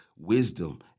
Wisdom